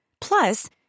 Plus